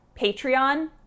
Patreon